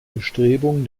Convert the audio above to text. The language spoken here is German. bestrebungen